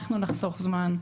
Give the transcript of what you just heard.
אנחנו נחסוך זמן,